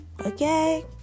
okay